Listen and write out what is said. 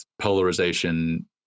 polarization